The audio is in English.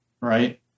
right